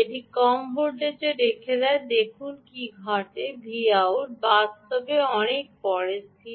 এটিকে কম ভোল্টেজে রেখে দেয় দেখুন কী ঘটে Vout বাস্তবে অনেক পরে স্থির হয়